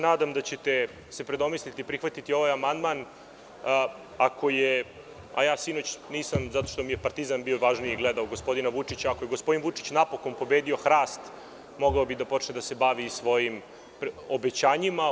Nadam se da ćete se predomisliti i prihvatiti ovaj amandman ako je, a sinoć nisam, zato što mi je „Partizan“ bio važniji, gledao gospodina Vučića, napokon pobedio hrast mogao bi da počne da se bavi svojim obećanjima.